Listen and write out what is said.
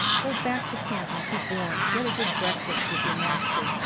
go back to camp and keep warm, get a good breakfast with your master,